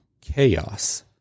chaos